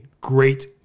great